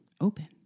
open